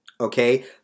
okay